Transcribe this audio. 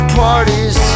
parties